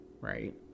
right